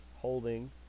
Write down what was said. holding